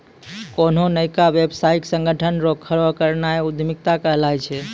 कोन्हो नयका व्यवसायिक संगठन रो खड़ो करनाय उद्यमिता कहलाय छै